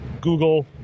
Google